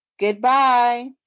Goodbye